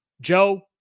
Joe